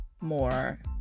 more